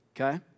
okay